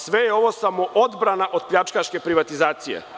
Sve je ovo samoodbrana od pljačkaške privatizacije.